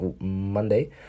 Monday